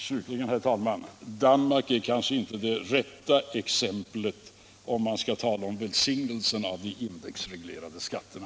Slutligen, herr talman: Danmark är kanske inte det rätta exemplet om man skall tala om välsignelsen av de indexreglerade skatterna.